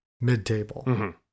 mid-table